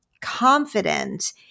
confident